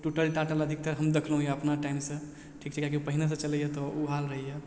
टुटल टाटल अधिकतर हम देखलहुँ यऽ अपना टाइमसँ ठीक छै किएक कि पहिनेसँ चलइय तऽ उ हाल रहइय